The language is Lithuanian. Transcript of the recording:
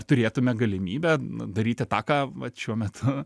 turėtume galimybę na daryti tą ką vat šiuo metu